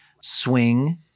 swing